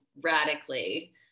radically